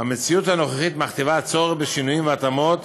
"המציאות הנוכחית מכתיבה צורך בשינויים והתאמות,